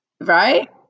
Right